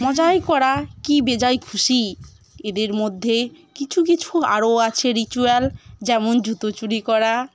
মজাই করা কী বেজায় খুশি এদের মধ্যে কিছু কিছু আরও আছে রিচুয়াল যেমন জুতো চুরি করা